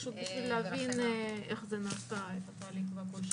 פשוט בשביל להבין איך זה נעשה, התהליך והכול.